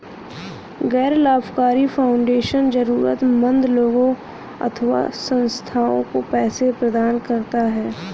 गैर लाभकारी फाउंडेशन जरूरतमन्द लोगों अथवा संस्थाओं को पैसे प्रदान करता है